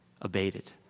abated